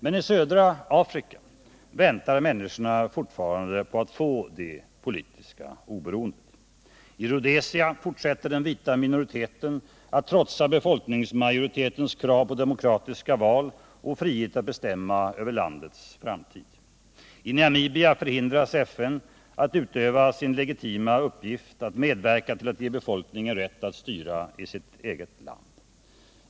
Men i södra Afrika väntar människorna fortfarande på att få det politiska oberoendet. I Rhodesia fortsätter den vita minoriteten att trotsa befolkningsmajoritetens krav på demokratiska val och frihet att bestämma över landets framtid. I Namibia förhindras FN att utöva sin legitima uppgift, att medverka till att ge befolkningen rätten att styra i sitt eget land.